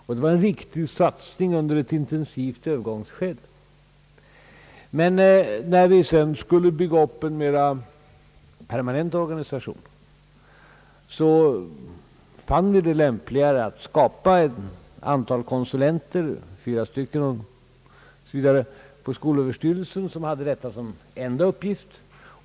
Det var också en riktig satsning under ett intensivt övergångsskede. Men när vi sedan skulle bygga upp en mer permanent organisation fann vi det lämpligare med ett antal konsulenter — fyra stycken på skolöverstyrelsen — som hade denna verksamhet som sin enda uppgift.